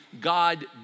God